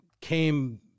came